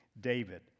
David